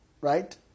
right